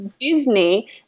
Disney